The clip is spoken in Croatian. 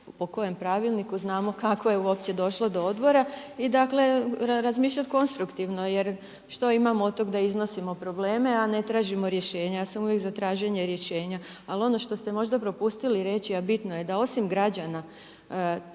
po kojem pravilniku, znamo kako je uopće došlo do odbora i dakle razmišljati konstruktivno. Jer što imamo od tog da iznosimo probleme, a ne tražimo rješenja. Ja sam uvijek za traženje rješenja. Ali ono što ste možda propustili reći, a bitno je da osim građana